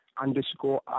underscore